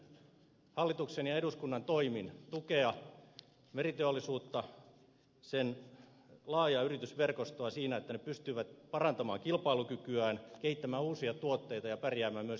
meidän täytyy hallituksen ja eduskunnan toimin tukea meriteollisuutta sen laajaa yritysverkostoa siinä että ne pystyvät parantamaan kilpailukykyään kehittämään uusia tuotteita ja pärjäämään myöskin tulevaisuudessa